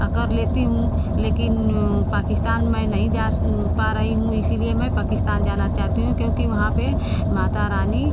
आ कर लेती हूँ लेकिन पकिस्तान मैं नहीं जा पा रही हूँ इसीलिए मैं पाकिस्तान जाना चाहती हूँ क्योंकि वहाँ पर माता रानी